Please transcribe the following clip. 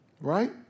Right